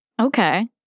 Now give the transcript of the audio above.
okay